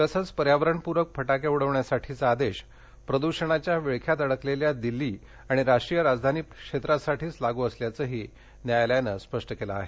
तसंच पर्यावरणपूरक फटाके उडविण्यासाठीचा आदेश प्रदूषणाच्या विळख्यात अडकलेल्या दिल्ली आणि राष्ट्रीय राजधानी क्षेत्रासाठीच लागू असल्याचंही न्यायालयानं स्पष्ट केलं आहे